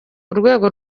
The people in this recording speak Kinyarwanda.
urwego